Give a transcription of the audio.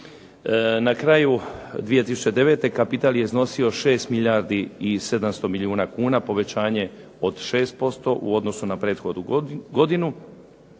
Na kraju 2009. kapital je iznosio 6 milijardi 700 milijuna kuna, povećanje od 5% u odnosu na prethodnu godinu.